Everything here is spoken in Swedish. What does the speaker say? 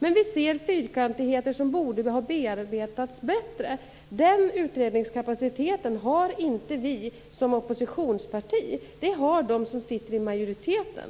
Men vi ser fyrkantigheter som borde ha bearbetats bättre. Den utredningskapaciteten har inte vi som oppositionsparti. Det har de som sitter i majoriteten.